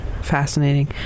Fascinating